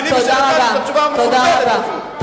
למי שנתן את התשובה המכובדת הזאת.